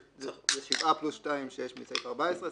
זה שבעה פלוס שניים שיש בסעיף 14,